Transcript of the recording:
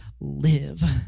live